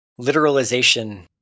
literalization